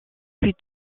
plus